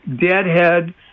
deadhead